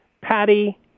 Patty